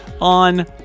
on